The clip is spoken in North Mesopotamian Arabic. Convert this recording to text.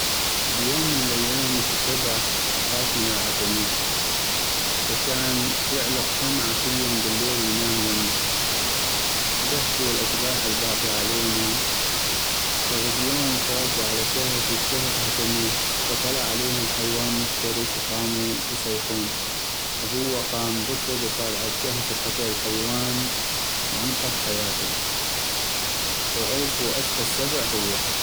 بيوم من الأيام اكو شبح يخاف من العتميي فكان يعلق شمعة كل يوم بالليل وينام يمه ، ضحكو الاشباح الباقي علينو ، فغد يوم فاتو على كهف والكهف عتميي فطلع عليهم حيوان مفترس وقاموا يصيحون ، هو قام ركض وفات عالكهف وقتل الحيوان وانقذ حياتم ، وعغفو اشقد سبع هو.